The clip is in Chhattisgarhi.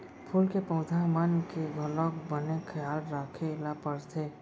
फूल के पउधा मन के घलौक बने खयाल राखे ल परथे